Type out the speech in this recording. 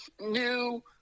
new